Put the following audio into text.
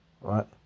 Right